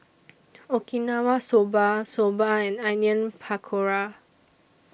Okinawa Soba Soba and Onion Pakora